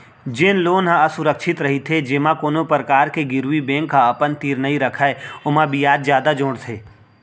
जेन लोन ह असुरक्छित रहिथे जेमा कोनो परकार के गिरवी बेंक ह अपन तीर नइ रखय ओमा बियाज जादा जोड़थे